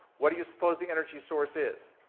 what do you suppose the energy source is?